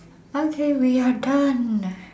okay we are done